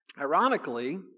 Ironically